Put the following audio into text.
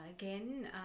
Again